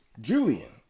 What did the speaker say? Julian